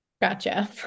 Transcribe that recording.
Gotcha